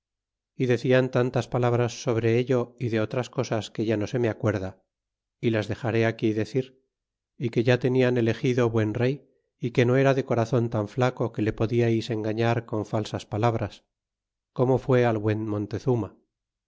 y decian tantas palabras sobre ello y de otras cosas que ya no se me acuerda y las dexaré aquí decir y que ya tenian elegido buen rey y que no era de corazon tan flaco que le podiais engallar con palabras falsas como fué al buen montezuma